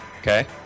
Okay